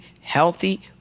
healthy